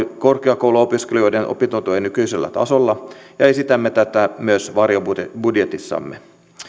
korkeakouluopiskelijoiden opintotuen nykyisellä tasolla ja esitämme tätä myös varjobudjetissamme